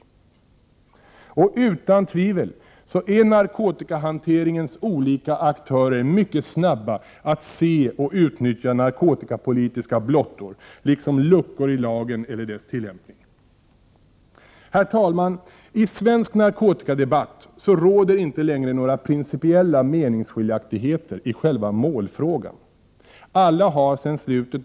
Dessutom råder det inte några tvivel om att narkotikahanteringens olika aktörer är mycket snabba att se och utnyttja narkotikapolitiska blottor liksom luckor i lagen eller dess tillämpning. Herr talman! I svensk narkotikadebatt råder inte längre några principiella meningsskiljaktigheter i själva målfrågan. Alla har sedan slutet av 1960-talet Prot.